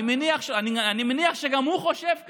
אני מניח שגם הוא חושב ככה.